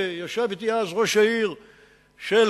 ישב אתי ראש העיר כפר-קאסם,